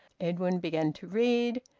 edwin began to read,